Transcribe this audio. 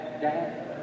Dad